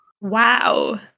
Wow